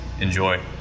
enjoy